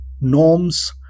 norms